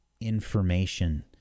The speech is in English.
information